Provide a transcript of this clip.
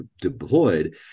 deployed